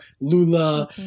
Lula